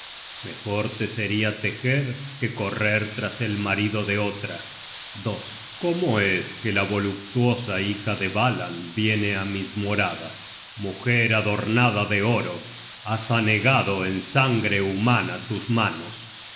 mejor te seria tejer que correr tras el marido de otra cómo es que la voluptuosa hija de valand viene á mis moradas mujer adornada de oro has anegado en sangre humana tus manos